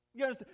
Yes